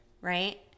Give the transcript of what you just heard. Right